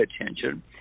attention